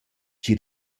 chi